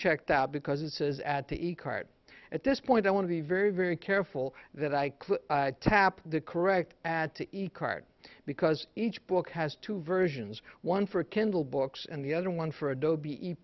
checked out because it says at the e card at this point i want to be very very careful that i tap the correct add to the card because each book has two versions one for kindle books and the other one for adob